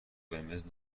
قرمز